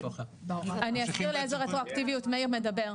לא, אני אסביר על איזו רטרואקטיביות מאיר מדבר.